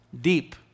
deep